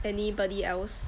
anybody else